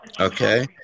okay